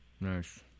Nice